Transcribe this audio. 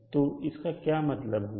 तो इसका क्या मतलब हुआ